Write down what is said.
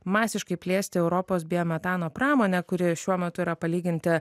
masiškai plėsti europos biometano pramonė kuri šiuo metu yra palyginti